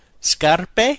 Scarpe